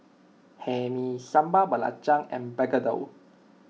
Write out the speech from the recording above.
Hae Mee Sambal Belacan and Begedil